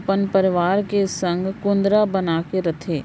अपन परवार मन के संग कुंदरा बनाके रहिथे